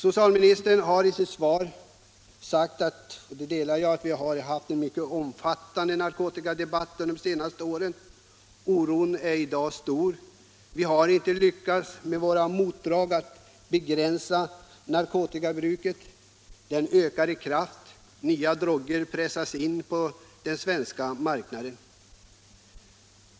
Socialministern har i sitt svar sagt — och den uppfattningen delar jag — att vi har haft en omfattande narkotikadebatt under senare år. Ja, oron är i dag stor, och vi har inte lyckats med våra motdrag i strävandena att begrånsa narkotikabruket. Detta ökar med kraft, och nya droger pressas in på den svenska marknaden.